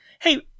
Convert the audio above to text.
hey